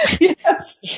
yes